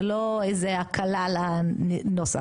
זה לא איזה הקלה לנוסח,